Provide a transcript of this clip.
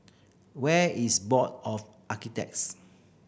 where is Board of Architects